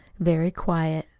very quiet,